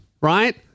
right